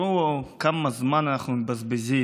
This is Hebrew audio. תראו כמה זמן אנחנו מבזבזים,